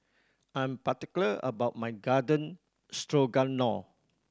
I'm particular about my Garden Stroganoff